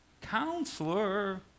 Counselor